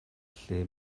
lle